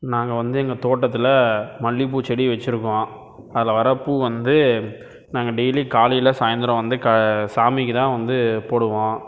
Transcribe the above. நாங்கள் வந்து எங்கள் தோட்டத்தில் மல்லிகைப்பூ செடி வைச்சுருக்கோம் அதில் வர பூ வந்து நாங்கள் டெய்லி காலையில் சாயந்தரோம் வந்து க சாமிக்கு தான் வந்து போடுவோம்